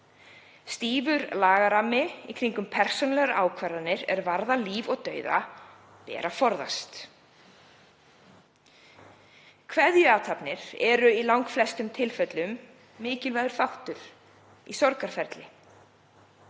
stífan lagaramma í kringum persónulegar ákvarðanir er varða líf og dauða. Kveðjuathafnir eru í langflestum tilfellum mikilvægur þáttur í sorgarferli.